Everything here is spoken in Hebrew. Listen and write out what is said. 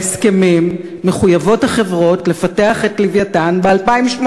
בהסכמים מחויבות החברות לפתח את "לווייתן" ב-2018.